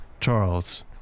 Charles